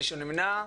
מישהו נמנע?